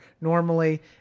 Normally